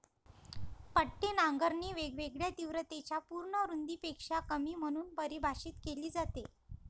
पट्टी नांगरणी वेगवेगळ्या तीव्रतेच्या पूर्ण रुंदीपेक्षा कमी म्हणून परिभाषित केली जाते